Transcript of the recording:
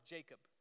Jacob